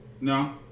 No